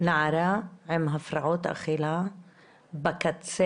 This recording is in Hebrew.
נערה עם הפרעות אכילה בקצה,